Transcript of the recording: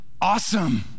Awesome